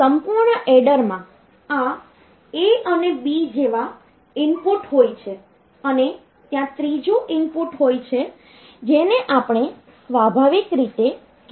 તેથી સંપૂર્ણ એડરમાં આ A B જેવા ઇનપુટ હોય છે અને ત્યાં ત્રીજું ઇનપુટ છે જેને આપણે સ્વાભાવિક રીતે કેરી કહીએ છીએ